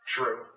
True